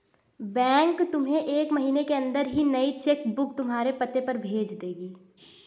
bank तुम्हें एक महीने के अंदर ही नई चेक बुक तुम्हारे पते पर भेज देगी